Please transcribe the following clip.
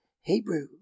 Hebrew